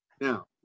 Now